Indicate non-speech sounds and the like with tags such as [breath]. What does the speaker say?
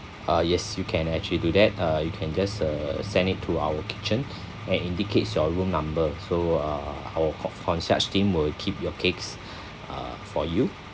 uh yes you can actually do that uh you can just uh send it to our kitchen [breath] and indicates your room number so uh our con~ concierge team will keep your cakes [breath] uh for you